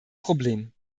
problem